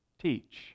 teach